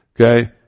Okay